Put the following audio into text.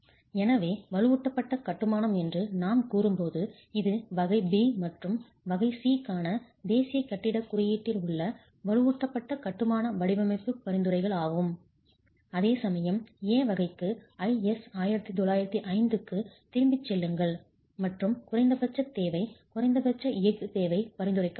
எனவே வலுவூட்டப்பட்ட கட்டுமானம் என்று நாம் கூறும்போது இது வகை B மற்றும் வகை C க்கான தேசிய கட்டிடக் குறியீட்டில் உள்ள வலுவூட்டப்பட்ட கட்டுமான வடிவமைப்பு பரிந்துரைகள் ஆகும் அதேசமயம் A வகைக்கு IS 1905 க்கு திரும்பிச் செல்லுங்கள் மற்றும் குறைந்தபட்ச தேவை குறைந்தபட்ச எஃகு தேவை பரிந்துரைக்கப்படுகிறது